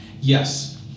Yes